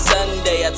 Sunday